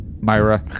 Myra